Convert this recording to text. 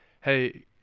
hey